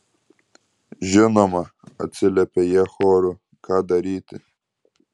žinoma atsiliepė jie choru ką daryti